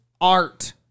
art